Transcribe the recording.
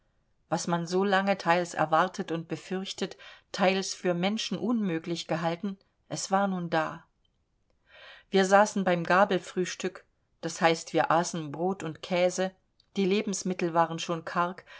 was man so lange teils erwartet und befürchtet teils für menschenunmöglich gehalten es war nun da wir saßen beim gabelfrühstück das heißt wir aßen brot und käse die lebensmittel waren schon karg